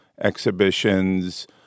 exhibitions